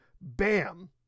bam